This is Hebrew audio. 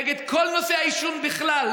נגד כל נושא העישון בכלל,